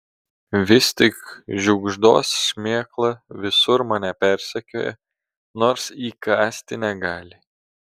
vis tik žiugždos šmėkla visur mane persekioja nors įkąsti negali